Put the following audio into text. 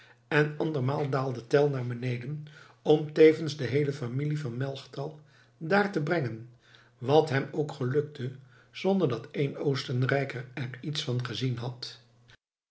en andermaal daalde tell naar beneden om tevens de heele familie van melchtal daar te brengen wat hem ook gelukte zonder dat één oostenrijker er iets van gezien had